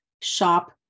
shop